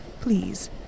please